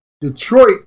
Detroit